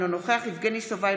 אינו נוכח יבגני סובה,